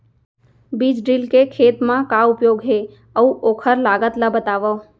बीज ड्रिल के खेत मा का उपयोग हे, अऊ ओखर लागत ला बतावव?